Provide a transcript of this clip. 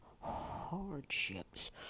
hardships